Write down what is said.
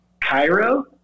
Cairo